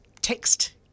text